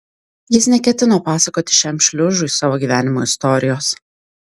jis neketino pasakoti šiam šliužui savo gyvenimo istorijos